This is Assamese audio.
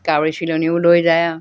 কাউৰী চিলনিও লৈ যায়